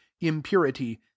impurity